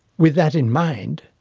with that in mind,